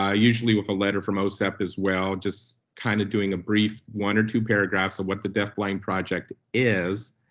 ah usually with a letter from osep as well, just kind of doing a brief one or two paragraphs of what the deaf-blind project is,